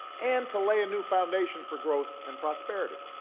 and to lay a new foundation for growth and prosperity.